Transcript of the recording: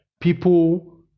People